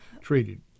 treated